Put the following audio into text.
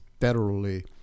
federally